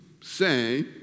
say